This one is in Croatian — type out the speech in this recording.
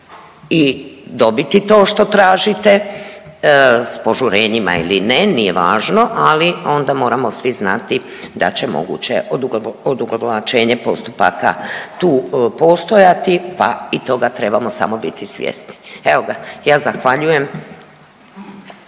i dobiti to što tražite s požurenjima ili ne, nije važno, ali onda moramo svi znati da će moguće odugovlačenje postupaka tu postojati, pa i toga trebamo samo biti svjesni. Evo ga, ja zahvaljujem.